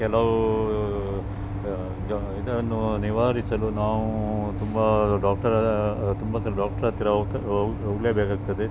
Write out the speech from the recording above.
ಮತ್ತು ಕೆಲವು ಇದು ಇದನ್ನು ನಿವಾರಿಸಲು ನಾವು ತುಂಬ ಡಾಕ್ಟರ ತುಂಬ ಸಲ ಡಾಕ್ಟರ್ ಹತ್ತಿರ ಹೋಗ್ತ ಹೋಗ ಹೋಗಲೇಬೇಕಾಗ್ತದೆ